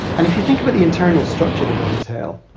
and if you think about the internal structure of a hotel,